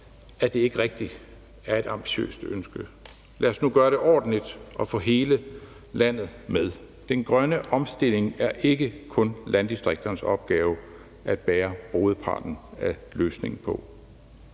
at det ikke rigtig er et ambitiøst ønske. Lad os nu gøre det ordentligt og få hele landet med. Den grønne omstilling er ikke kun landdistrikternes opgave at bære hovedparten af løsningen på.